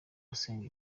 usenga